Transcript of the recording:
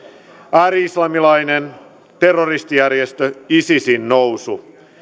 ääri islamilaisen terrorijärjestö isisin nousu